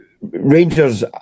Rangers